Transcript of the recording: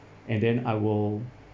and then I will